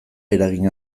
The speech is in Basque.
eragin